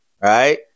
Right